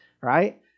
right